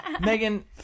Megan